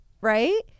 Right